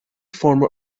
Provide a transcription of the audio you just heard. former